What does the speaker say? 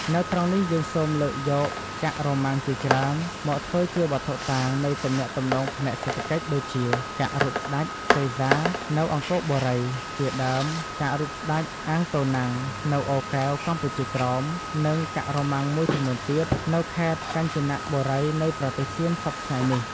នៅត្រង់នេះយើងសូមលើកយកកាក់រ៉ូម៉ាំង ជាច្រើន មកធ្វើជាវត្ថុតាង នៃទំនាក់ទំនងផ្នែកសេដ្ឋកិច្ច ដូចជា កាក់រូបស្តេច សេហ្សា នៅអង្គរបូរី ជាដើម កាក់រូបស្តេច អាងតូណាំង នៅអូរកែវកម្ពុជាក្រោម និងកាក់រ៉ូម៉ាំងមួយចំនួន ទៀតនៅខេត្ត កញ្ជនៈបូរីនៃប្រទេសសៀមសព្វថ្ងៃនេះ ។